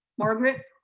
margaret.